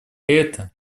это